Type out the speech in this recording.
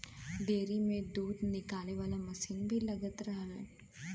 dairy में दूध निकाले वाला मसीन भी लगल रहेला